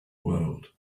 world